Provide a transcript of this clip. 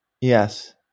Yes